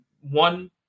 one